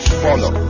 follow